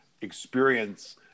experience